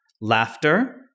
Laughter